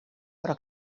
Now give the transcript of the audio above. però